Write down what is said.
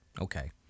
Okay